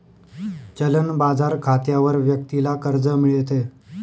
चलन बाजार खात्यावर व्यक्तीला कर्ज मिळते